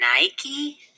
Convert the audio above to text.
nike